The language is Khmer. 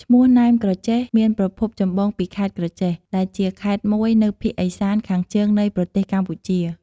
ឈ្មោះ “ណែមក្រចេះ” មានប្រភពចម្បងពីខេត្តក្រចេះ ដែលជាខេត្តមួយនៅភាគឦសានខាងជើងនៃប្រទេសកម្ពុជា។